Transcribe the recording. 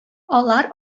алар